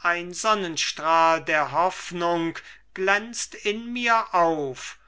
ein sonnenstrahl der hoffnung glänzt in mir auf